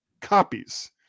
copies